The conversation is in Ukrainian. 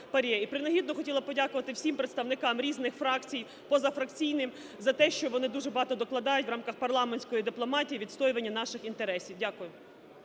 І принагідно хотіла б подякувати всім представникам різних фракцій, позафракційним за те, що вони дуже багато докладають у рамках парламентської дипломатії відстоювання наших інтересів. Дякую.